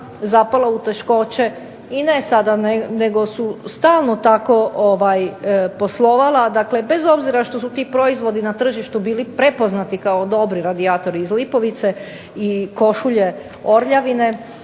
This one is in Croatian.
zapala u teškoće i ne sada nego su stalno tako poslovala, dakle bez obzira što su ti proizvodi na tržištu bili prepoznati kao dobri radijatori iz Lipovice i košulje Orljavine